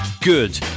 Good